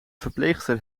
verpleegster